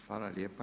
Hvala lijepa.